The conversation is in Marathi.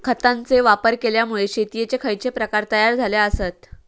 खतांचे वापर केल्यामुळे शेतीयेचे खैचे प्रकार तयार झाले आसत?